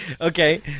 Okay